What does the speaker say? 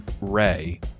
ray